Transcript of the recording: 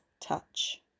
touch